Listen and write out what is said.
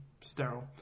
sterile